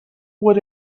what